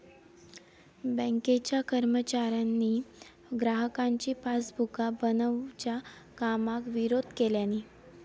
बँकेच्या कर्मचाऱ्यांनी ग्राहकांची पासबुका बनवच्या कामाक विरोध केल्यानी